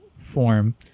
form